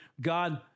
God